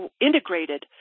integrated